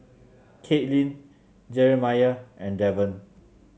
Katelyn Jerimiah and Devan